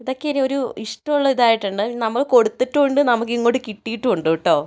ഇതൊക്കെയൊരു ഒരു ഇഷ്ടമുള്ള ഇതായിട്ടുണ്ട് നമ്മൾ കൊടുത്തിട്ടും ഉണ്ട് നമുക്ക് ഇങ്ങോട്ട് കിട്ടിയിട്ടും ഉണ്ട് കേട്ടോ